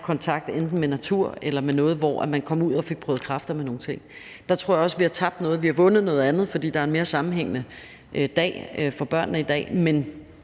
kontakt enten med natur eller med noget, hvor man kom ud og fik prøvet kræfter med nogle ting. Der tror jeg også vi har tabt noget. Vi har vundet noget andet, for der er en mere sammenhængende dag for børnene i dag, men